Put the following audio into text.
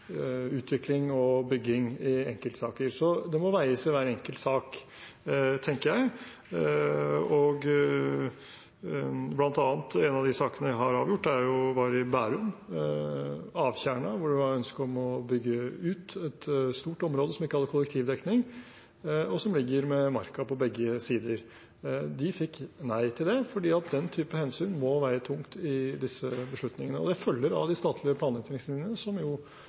utvikling og bygging i enkeltsaker. Så det må veies i hver enkelt sak, tenker jeg. Blant annet er en av de sakene jeg har avgjort, i Bærum, Avtjerna, hvor det var ønske om å bygge ut et stort område som ikke hadde kollektivdekning, og som ligger med Marka på begge sider. De fikk nei fordi den typen hensyn må veie tungt i disse beslutningene. Det følger av de statlige planretningslinjene, som jo